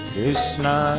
Krishna